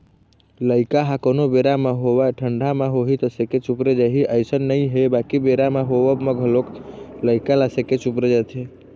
लइका ह कोनो बेरा म होवय ठंडा म होही त सेके चुपरे जाही अइसन नइ हे बाकी बेरा के होवब म घलोक लइका ल सेके चुपरे जाथे